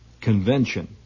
convention